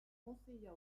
conseilla